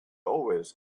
always